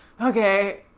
okay